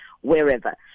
wherever